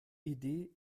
idee